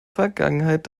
vergangenheit